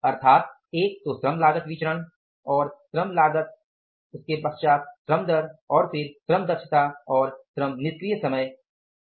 अर्थात एक तो श्रम लागत विचरण और श्रम लागत श्रम दर और श्रम दक्षता और श्रम निष्क्रिय समय का फलन है